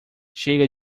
chega